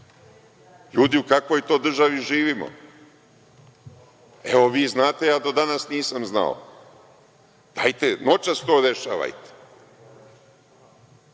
Ljudi, u kakvoj to državi živimo? Evo, vi znate, a ja do danas nisam znao. Dajte, noćas to rešavajte.